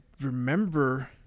remember